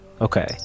Okay